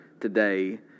today